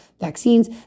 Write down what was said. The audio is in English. vaccines